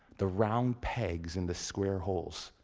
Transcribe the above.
the round pegs in the square holes.